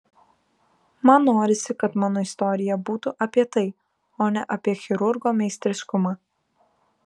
man norisi kad mano istorija būtų apie tai o ne apie chirurgo meistriškumą